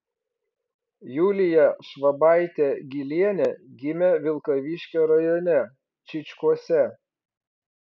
julija švabaitė gylienė gimė vilkaviškio rajone čyčkuose